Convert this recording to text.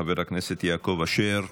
חבר הכנסת יעקב אשר,